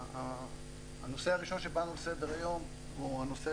הנושא הראשון שבאנו לסדר-היום הוא הנושא